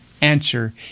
Answer